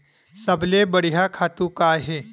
सबले बढ़िया खातु का हे?